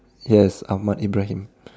yes Ahmad-Ibrahim